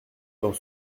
dans